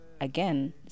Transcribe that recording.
again